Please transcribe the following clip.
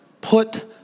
Put